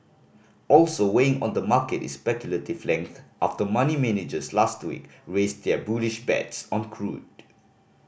also weighing on the market is speculative length after money managers last week raised their bullish bets on crude